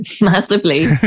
massively